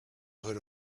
hood